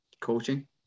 coaching